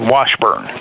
Washburn